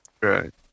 Right